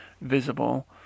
visible